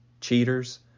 Cheaters